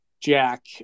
Jack